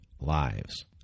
lives